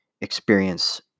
experience